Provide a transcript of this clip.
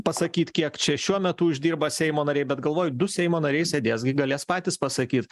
pasakyt kiek čia šiuo metu uždirba seimo nariai bet galvoju du seimo nariai sėdės gi galės patys pasakyt